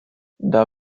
der